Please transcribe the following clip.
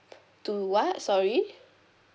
to what sorry